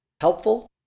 helpful